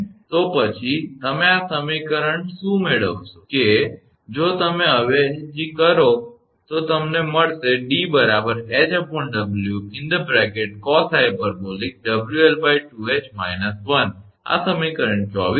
તો પછી તમે આ સમીકરણ શું મેળવશો કે જો તમે અહીં અવેજી કરશો તો તમને મળશે 𝑑 𝐻𝑊 cosh𝑊𝐿2𝐻 − 1 આ સમીકરણ 24 છે